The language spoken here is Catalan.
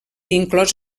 inclòs